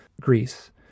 Greece